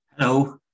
Hello